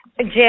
Jim